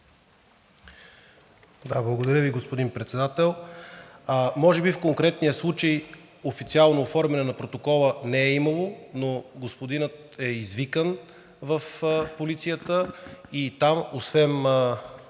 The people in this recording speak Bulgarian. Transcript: Благодаря Ви, господин Председател. Може би в конкретния случай официално оформяне на протокола не е имало, но господинът е извикан в полицията и там освен